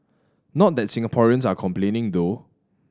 not that Singaporeans are complaining though